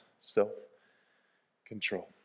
self-control